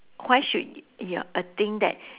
why should your a thing that